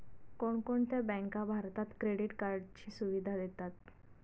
कोणकोणत्या बँका भारतात क्रेडिट कार्डची सुविधा देतात?